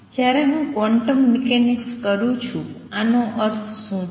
જ્યારે હું quantum mechanics કરું છું આનો અર્થ શું છે